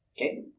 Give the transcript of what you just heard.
Okay